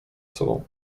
sobą